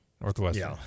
Northwestern